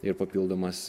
ir papildomas